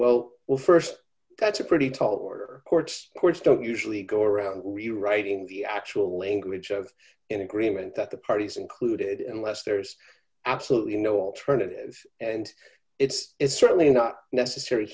well well st that's a pretty tall order courts courts don't usually go around rewriting the actual language of an agreement that the parties included and less there's absolutely no alternative and it's certainly not necessar